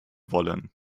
wollen